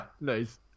nice